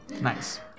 Nice